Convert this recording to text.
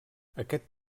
aquest